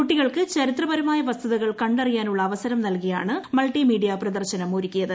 കുട്ടികൾക്ക് ചരിത്രപരമായ വസ്തുതകൾ കണ്ടറിയാനുള്ള അവസരം നൽകിയാണ് മൾട്ടിമീഡിയ പ്രദർശനം ഒരുക്കിയത്